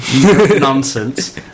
Nonsense